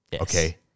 Okay